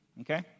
okay